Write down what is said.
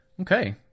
okay